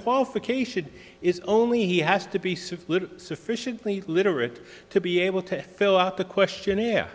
qualification is only he has to be secluded sufficiently literate to be able to fill out a questionnaire